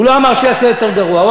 הוא אמר שיעשה יותר גרוע.